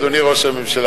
אדוני ראש הממשלה,